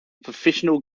professional